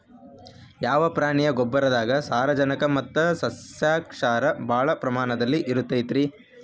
ಯಾವ ಪ್ರಾಣಿಯ ಗೊಬ್ಬರದಾಗ ಸಾರಜನಕ ಮತ್ತ ಸಸ್ಯಕ್ಷಾರ ಭಾಳ ಪ್ರಮಾಣದಲ್ಲಿ ಇರುತೈತರೇ?